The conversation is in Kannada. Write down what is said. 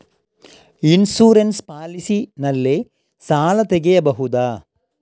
ಇನ್ಸೂರೆನ್ಸ್ ಪಾಲಿಸಿ ನಲ್ಲಿ ಸಾಲ ತೆಗೆಯಬಹುದ?